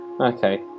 Okay